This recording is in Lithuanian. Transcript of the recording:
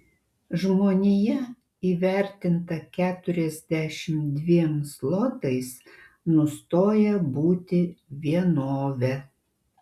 žmonija įvertinta keturiasdešimt dviem zlotais nustoja būti vienove